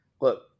look